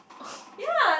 oh